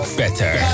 better